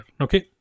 okay